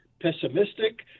pessimistic